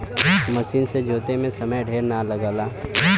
मसीन से जोते में समय ढेर ना लगला